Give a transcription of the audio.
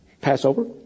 Passover